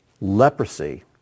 leprosy